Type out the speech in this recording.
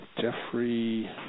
Jeffrey